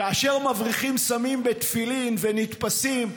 כאשר מבריחים סמים בתפילין ונתפסים,